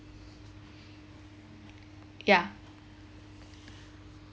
ya